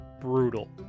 brutal